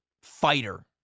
fighter